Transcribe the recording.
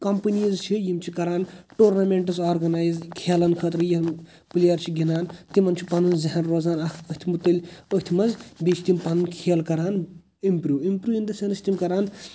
companies چھِ یِم چھِ کَران ٹورنَمٮ۪نٛٹٕز آرگَنایِز کھیلَن خٲطرٕ یِم پٕلیر چھِ گِنٛدان تِمَن چھُ پَنُن زیہَن روزان اَتھ أتھۍ منٛز بیۍ چھِ تِم پَنٕنۍ کھیل کَران improve improve in the sense چھِ تِم کَران